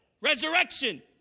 Resurrection